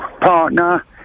partner